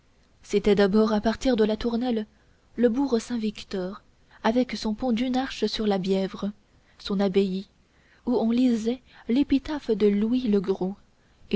c'était d'abord à partir de la tournelle le bourg saint-victor avec son pont d'une arche sur la bièvre son abbaye où on lisait l'épitaphe de